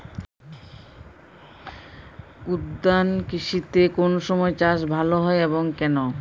উদ্যান কৃষিতে কোন সময় চাষ ভালো হয় এবং কেনো?